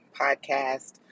podcast